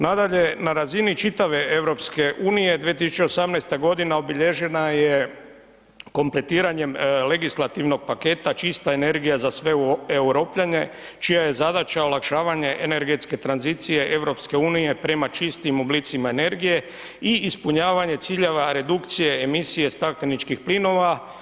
Nadalje, na razini čitave EU 2018. godina obilježena je kompletiranjem legislativnog paketa Čista energija za sve Europljane čija je zadaća olakšavanje energetske tranzicije EU prema čistim oblicima energije i ispunjavanje ciljeva redukcije emisije stakleničkih plinova.